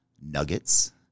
nuggets